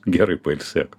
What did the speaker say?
gerai pailsėk